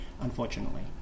unfortunately